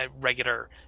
regular